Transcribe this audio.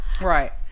Right